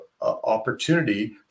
opportunity